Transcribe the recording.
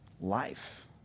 life